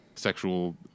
sexual